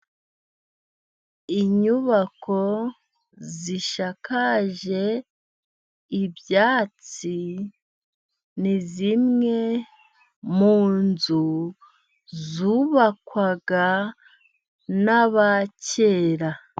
Inyubako, zisakaje ibyatsi, ni zimwe mu nzu zubakwaga n'abakera.